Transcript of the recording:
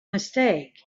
mistake